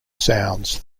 sounds